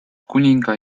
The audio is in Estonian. kuninga